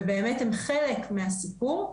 ובאמת הם חלק מהסיפור.